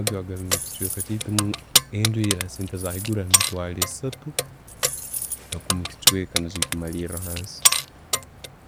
Amaju agali mukichweka kyaitu munu, enju eli hasente ezaiguru eli mumitwaro esaatu, nagumu kichweka niizo zikumaliira hansi.